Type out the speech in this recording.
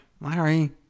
Larry